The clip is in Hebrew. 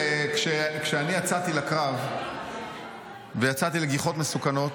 כשאני יצאתי לקרב ויצאתי לגיחות מסוכנות,